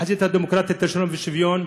החזית הדמוקרטית לשלום ושוויון,